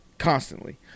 constantly